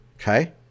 okay